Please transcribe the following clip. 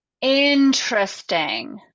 Interesting